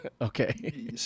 okay